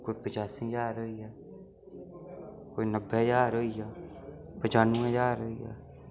कोई पचासी ज्हार होई गेआ कोई नब्बै ज्हार होई गेआ पचानमै ज्हार होई गेआ